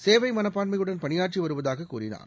சேவை மனப்பான்மையுடன் பணியாற்றி வருவதாக கூறினார்